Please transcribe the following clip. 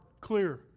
clear